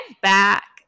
back